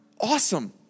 awesome